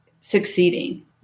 succeeding